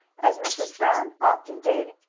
as mrs. brown often did.